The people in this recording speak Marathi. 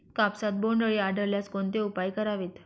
कापसात बोंडअळी आढळल्यास कोणते उपाय करावेत?